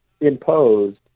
imposed